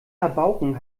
rabauken